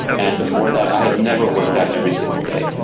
and before that, i had never worked out every single day.